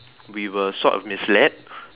we were sort of misled